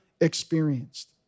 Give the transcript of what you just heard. experienced